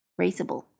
raceable